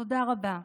תודה רבה.